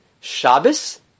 Shabbos